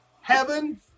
heaven